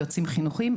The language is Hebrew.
יועצים חינוכיים,